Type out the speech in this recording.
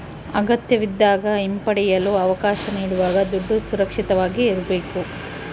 ಅಗತ್ಯವಿದ್ದಾಗ ಹಿಂಪಡೆಯಲು ಅವಕಾಶ ನೀಡುವಾಗ ದುಡ್ಡು ಸುರಕ್ಷಿತವಾಗಿ ಇರ್ಬೇಕು